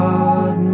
God